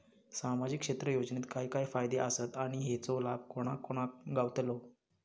सामजिक क्षेत्र योजनेत काय काय फायदे आसत आणि हेचो लाभ कोणा कोणाक गावतलो?